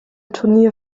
turnier